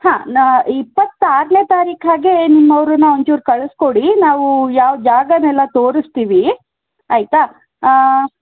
ಹಾಂ ನಾ ಇಪ್ಪತ್ತಾರನೇ ತಾರೀಖು ಹಾಗೆ ನಿಮ್ಮವರನ್ನು ಒಂಚೂರು ಕಳಿಸಿಕೊಡಿ ನಾವು ಯಾವ ಜಾಗನೆಲ್ಲ ತೋರಿಸ್ತೀವಿ ಆಯಿತಾ